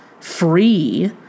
free